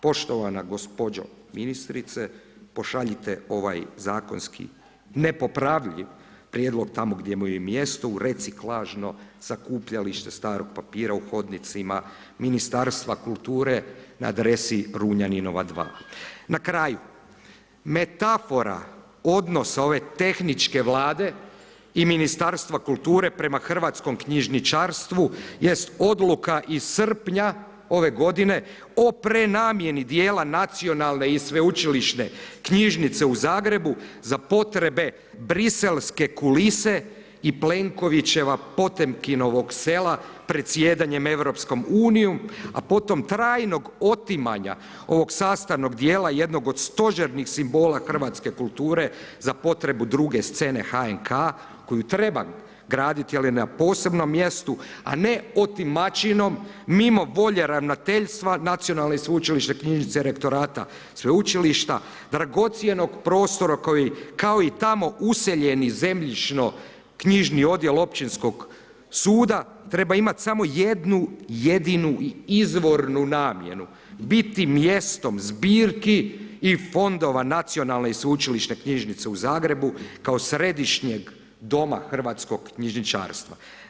Poštovana gospođo ministrice, pošaljite ovaj zakonski nepopravljiv prijedlog tamo gdje mu je i mjesto u reciklažno sakupljalište starog papira u hodnicima Ministarstva kulture na adresi Runjaninova 2. Na kraju, metafora odnosa ove tehničke Vlade i Ministarstva kulture prema hrvatskom knjižničarstvu jest odluka iz srpnja ove godine o prenamjeni dijela nacionalne i sveučilišne knjižnice u Zagrebu za potrebe briselske kulise i Plenkovićeva Potemkinovog sela predsjedanjem EU a potom trajnog otimanja ovog sastavnog dijela jednog od stožernih simbola hrvatske kulture za potrebu druge scene HNK koju treba graditi ali na posebnom mjestu a ne otimačinom mimom volje ravnateljstva Nacionalne i sveučilišne knjižnice, rektorata sveučilišta, dragocjenog prostora koji kao i tamo useljeni zemljišno knjižni odjel općinskog suda treba imati samo jednu jedinu i izvornu namjenu, biti mjestom zbirki i fondova Nacionalne i sveučilišne knjižnice u Zagrebu kao središnjeg doma hrvatskog knjižničarstva.